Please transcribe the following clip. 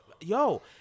Yo